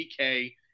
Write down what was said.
DK